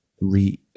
re